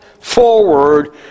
forward